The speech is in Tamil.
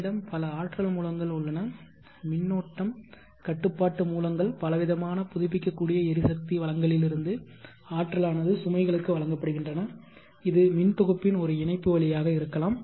என்னிடம் பல ஆற்றல் மூலங்கள் உள்ளன மின்னோட்டம் கட்டுப்பாட்டு மூலங்கள் பலவிதமான புதுப்பிக்கக்கூடிய எரிசக்தி வளங்களிலிருந்து ஆற்றலானது சுமைகளுக்கு வழங்கப்படுகின்றன இது மின் தொகுப்பின் ஒரு இணைப்பு வழியாக இருக்கலாம்